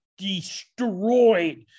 destroyed